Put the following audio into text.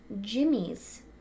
Jimmy's